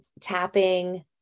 tapping